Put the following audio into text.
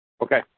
Okay